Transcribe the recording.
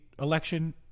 election